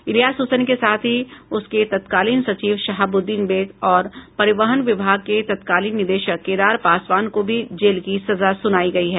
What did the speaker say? इलियास हुसैन के साथ ही उसके तत्कालीन सचिव शहाबुद्दीन बेग और परिवहन विभाग के तत्कालीन निदेशक केदार पासवान को भी जेल की सजा सुनायी गयी है